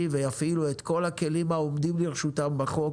ויפעילו את כל הכלים העומדים לרשותם בחוק